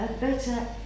better